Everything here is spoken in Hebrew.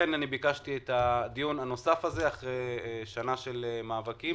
ביקשתי את הדיון הנוסף הזה אחרי שנה של מאבקים,